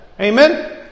Amen